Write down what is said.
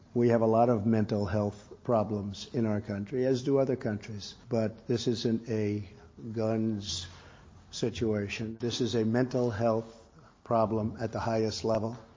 we have a lot of mental health problems in our country, as do other countries but this isn't a guns situation. this is a mental health problem at the highest level.